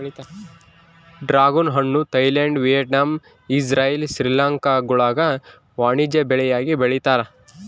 dragon ಹಣ್ಣು Thailand Vietnam Israel ಶ್ರೀಲಂಕಾಗುಳಾಗ ವಾಣಿಜ್ಯ ಬೆಳೆಯಾಗಿ ಬೆಳೀತಾರ